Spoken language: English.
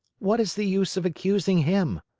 what is the use of accusing him?